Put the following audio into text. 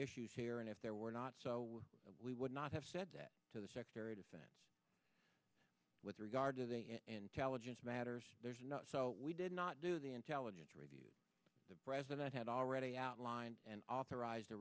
issues here and if there were not so we would not have said that to the secretary of defense with regard to the intelligence matters there's not so we did not do the intelligence review the president had already outlined and authorized a